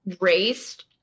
raised